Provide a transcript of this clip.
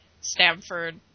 Stanford